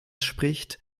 spricht